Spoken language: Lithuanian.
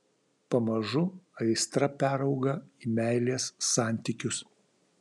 pamažu aistra perauga į meilės santykius